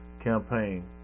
campaign